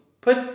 put